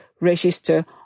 register